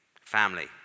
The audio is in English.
family